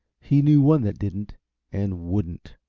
he knew one that didn't and wouldn't.